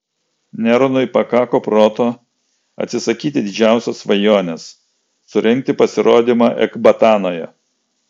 neronui pakako proto atsisakyti didžiausios svajonės surengti pasirodymą ekbatanoje